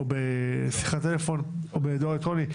בשיחת טלפון או בדואר אלקטרוני.